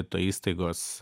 to įstaigos